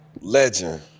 Legend